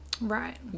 Right